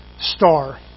star